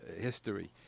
history